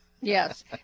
Yes